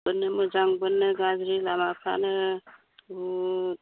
बेवनो मोजां बेवनो गाज्रि लामाफ्रानो बुहुद